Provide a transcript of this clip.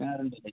കിണറുണ്ടല്ലേ